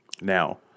Now